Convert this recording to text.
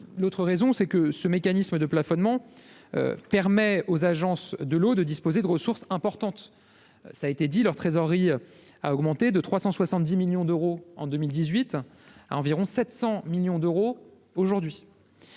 l'autre raison, c'est que ce mécanisme de plafonnement permet aux agences de l'eau, de disposer de ressources importantes, ça a été dit leur trésorerie a augmenté de 370 millions d'euros en 2018 à environ 700 millions d'euros aujourd'hui